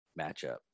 matchup